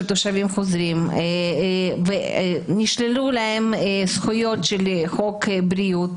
תושבים חוזרים ונשללו להם זכויות של חוק בריאות